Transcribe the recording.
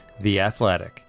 theathletic